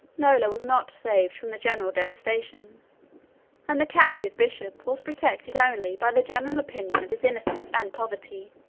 nola was not saved from the general devastation and the captive bishop was protected only by the general opinion of his innocence and poverty.